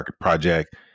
project